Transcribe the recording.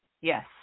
Yes